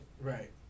Right